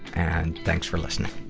and thanks for listening.